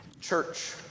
Church